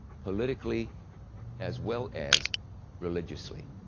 politically as well as religiously?